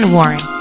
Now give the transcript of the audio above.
Warren